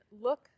look